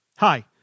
Hi